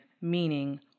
meaning